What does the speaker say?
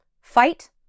Fight